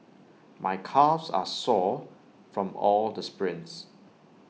my calves are sore from all the sprints